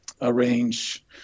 arrange